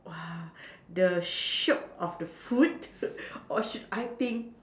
!wah! the shiok of the food or should I think